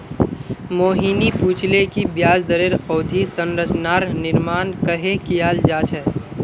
मोहिनी पूछले कि ब्याज दरेर अवधि संरचनार निर्माण कँहे कियाल जा छे